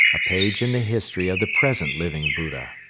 a page in the history of the present living buddha